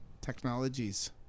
Technologies